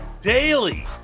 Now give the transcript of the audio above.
daily